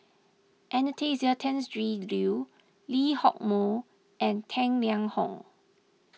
Anastasia Tjendri Liew Lee Hock Moh and Tang Liang Hong